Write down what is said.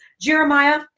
Jeremiah